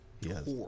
Yes